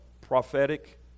Prophetic